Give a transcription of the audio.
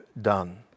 done